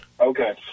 Okay